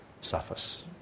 suffers